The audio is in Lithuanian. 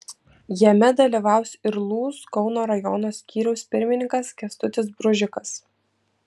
jame dalyvaus ir lūs kauno rajono skyriaus pirmininkas kęstutis bružikas